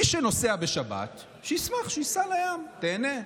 מי שנוסע בשבת, שישמח, שייסע לים, שייהנה.